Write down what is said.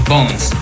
Bones